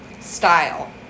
style